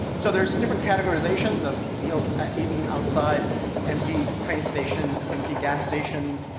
so there's different categorizations of meals ah eaten outside empty train stations, empty gas stations.